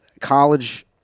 college